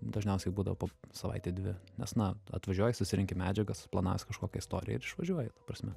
dažniausiai būdavo po savaitę dvi nes na atvažiuoji susirenki medžiagą susiplanavęs kažkokią istoriją ir išvažiuoji ta prasme